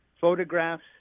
photographs